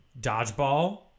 Dodgeball